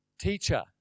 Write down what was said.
Teacher